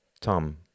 Tom